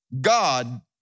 God